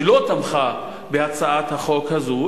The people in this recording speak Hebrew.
שלא תמכה בהצעת החוק הזאת,